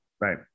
Right